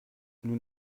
nous